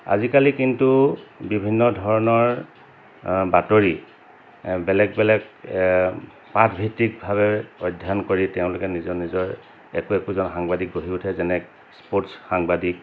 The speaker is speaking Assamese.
আজিকালি কিন্তু বিভিন্ন ধৰণৰ বাতৰি বেলেগ বেলেগ পাঠভিত্তিকভাৱে অধ্যয়ন কৰি তেওঁলোকে নিজৰ নিজৰ একো একোজন সাংবাদিক গঢ়ি উঠে যেনে স্পৰ্টছ সাংবাদিক